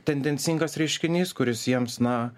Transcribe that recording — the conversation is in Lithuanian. tendencingas reiškinys kuris jiems na